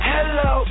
Hello